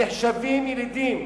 נחשבים ילידים.